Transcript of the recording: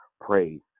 praise